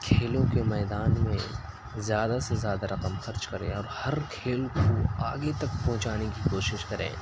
کھیلوں کے میدان میں زیادہ سے زیادہ رقم خرچ کرے اور ہر کھیل کو آگے تک پہنچانے کی کوشش کرے